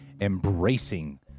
embracing